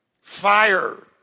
Fire